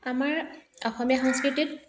আমাৰ অসমীয়া সংস্কৃতিত